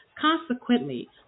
Consequently